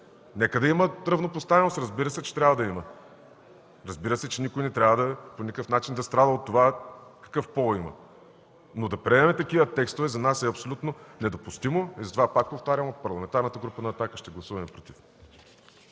Нека да има равнопоставеност. Разбира се, че трябва да има. Разбира се, че никой не трябва да страда по никакъв начин от това какъв пол има. Но да приемаме такива текстове за нас е абсолютно недопустимо и затова, пак повтарям, от Парламентарната група на „Атака“ ще гласуваме „против“.